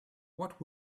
what